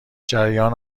جریان